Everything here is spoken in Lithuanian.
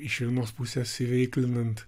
iš vienos pusės įveiklinant